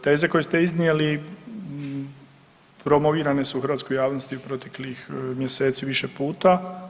Teze koje ste iznijeli promovirane se u hrvatskoj javnosti u proteklih mjeseci više puta.